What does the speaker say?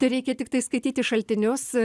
tereikia tiktai skaityti šaltinius